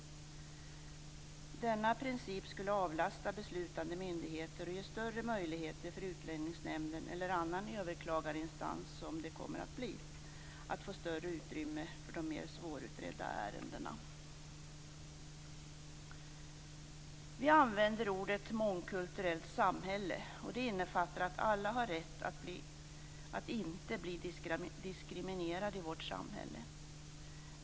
Denna princip skulle avlasta beslutande myndigheter och ge större möjligheter för Utlänningsnämnden - eller annan överklagarinstans, som det kommer att bli - att få större utrymme för de mer svårutredda ärendena. Vi använder uttrycket mångkulturellt samhälle, och det innefattar att alla har rätt att inte bli diskriminerade i vårt samhälle.